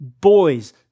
boys